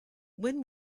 when